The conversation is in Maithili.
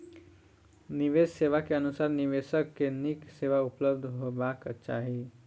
निवेश सेवा के अनुसार निवेशक के नीक सेवा उपलब्ध हेबाक चाही